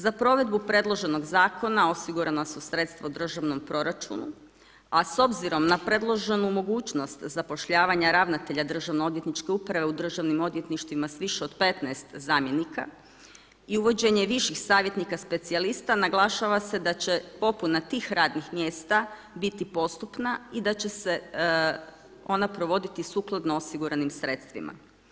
Za provedbu predloženog zakona osigurana su sredstva u državnom proračunu a s obzirom na predloženu mogućnost zapošljavanja ravnatelja državnoodvjetničke uprave u Državnim odvjetništvima s više od 15 zamjenik i uvođenje viših savjetnika specijalista, naglašava se da će popuna tih radnih mjesta biti postupna i da će se ona provoditi sukladno osiguranim sredstvima.